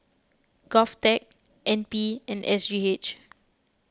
Govtech N P and S G H